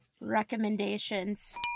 recommendations